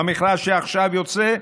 במכרז שעכשיו יוצא,